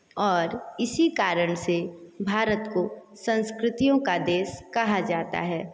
और इसी कारण से भारत को संस्कृतियों का देश कहा जाता है